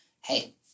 hey